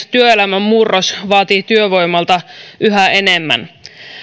työelämän murros vaatii työvoimalta yhä enemmän